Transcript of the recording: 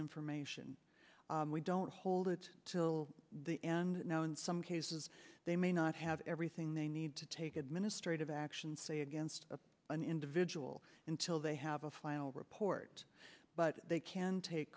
information we don't hold it till the end you know in some cases they may not have everything they need to take administrative actions say against an individual until they have a final report but they can take